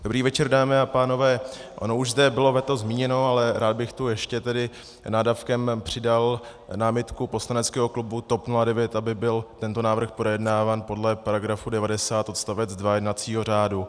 Dobrý večer, dámy a pánové, ono už zde bylo veto zmíněno, ale rád bych tu ještě nádavkem přidal námitku poslaneckého klubu TOP 09, aby byl tento návrh projednáván podle § 90 odst. 2 jednacího řádu.